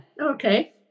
Okay